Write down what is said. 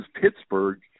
Pittsburgh